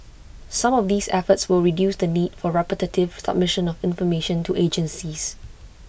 some of these efforts will reduce the need for repetitive submission of information to agencies